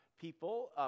People